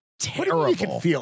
Terrible